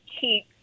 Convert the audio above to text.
keep